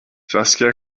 saskia